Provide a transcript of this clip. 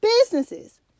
businesses